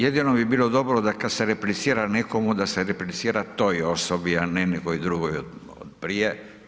Jedino bi bilo dobro da kad se replicira nekomu, da se replicira toj osobi, a ne nekoj drugoj od prije.